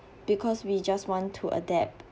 because we just want to adapt